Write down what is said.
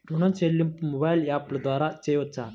ఋణం చెల్లింపు మొబైల్ యాప్ల ద్వార చేయవచ్చా?